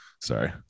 Sorry